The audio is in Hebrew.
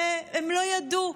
שהם לא ידעו.